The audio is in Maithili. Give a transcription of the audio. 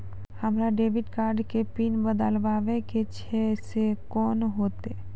हमरा डेबिट कार्ड के पिन बदलबावै के छैं से कौन होतै?